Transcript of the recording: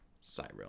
Cyril